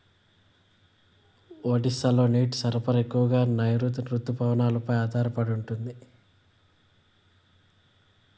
ఒడిశాలో నీటి సరఫరా ఎక్కువగా నైరుతి రుతుపవనాలపై ఆధారపడి ఉంటుంది